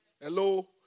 Hello